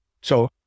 So-